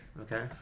Okay